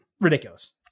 Ridiculous